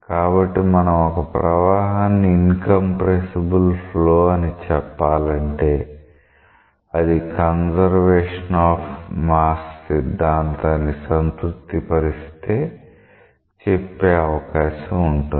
కాబట్టి మనం ఒక ప్రవాహాన్ని ఇన్కంప్రెసిబుల్ ఫ్లో అని చెప్పాలంటే అది కన్సర్వేషన్ ఆఫ్ మాస్ సిద్ధాంతాన్ని సంతృప్తిపరిస్తే చెప్పే అవకాశం ఉంటుంది